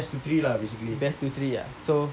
best to three ya so